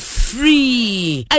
free